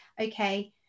okay